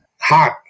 hot